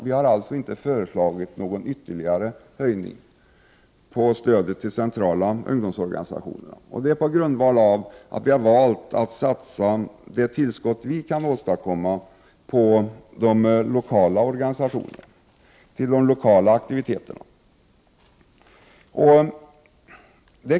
Vi har inte föreslagit någon ytterligare höjning av stödet till ungdomsorganisationer centralt, därför att vi har valt att satsa det tillskott vi kan åstadkomma på de lokala organisationerna och de lokala aktiviteterna.